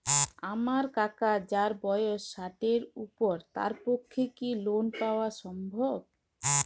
আমার কাকা যাঁর বয়স ষাটের উপর তাঁর পক্ষে কি লোন পাওয়া সম্ভব?